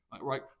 right